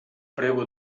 prego